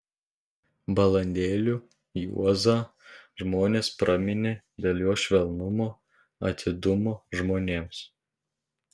balandėliu juozą žmonės praminė dėl jo švelnumo atidumo žmonėms